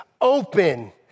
open